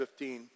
15